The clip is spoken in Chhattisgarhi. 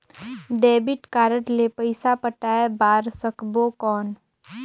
डेबिट कारड ले पइसा पटाय बार सकबो कौन?